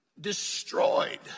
destroyed